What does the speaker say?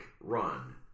run